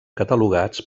catalogats